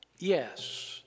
Yes